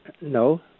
No